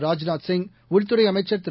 ராஜ்நாத்சிங் உள்துறை அமைச்சர் திரு